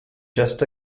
just